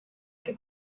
che